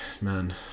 man